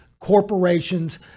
corporations